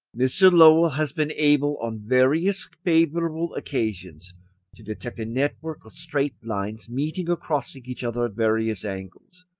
mr. lowell has been able on various favourable occasions to detect a network of straight lines, meeting or crossing each other at various angles,